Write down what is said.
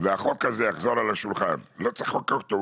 והחוק הזה יחזור לשולחן לא צריך לחוקק אותו,